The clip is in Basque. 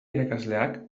irakasleak